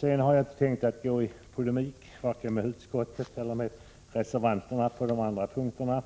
Jag har inte tänkt gå i polemik vare sig med utskottet eller reservanterna på de andra punkterna.